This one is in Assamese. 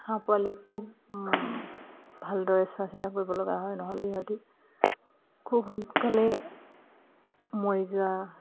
হাঁহ পোৱালিক খুব ভালদৰে চোৱা চিতা কৰিবলগা হয় নহ'লে সিহঁতি খুব সোনকালে মৰি যোৱা